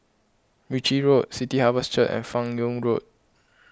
Ritchie Road City Harvest Church and Fan Yoong Road